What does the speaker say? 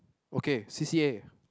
okay C_C_A